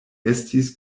estis